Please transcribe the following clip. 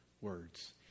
words